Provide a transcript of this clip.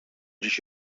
dziś